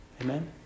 Amen